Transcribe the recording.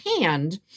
hand